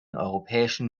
europäischen